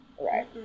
Right